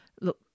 Look